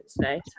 today